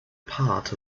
part